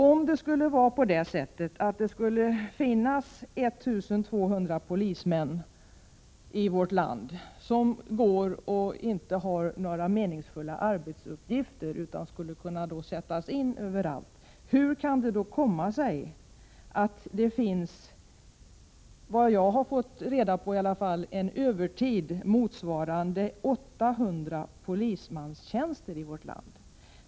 Om det skulle finnas 1 200 polismän i vårt land som inte har några meningsfulla arbetsuppgifter, utan skulle kunna sättas in på alla möjliga håll, hur kan det då komma sig att det enligt vad jag har fått reda på förekommer en övertid inom polisverksamheten i vårt land motsvarande 800 polismanstjänster?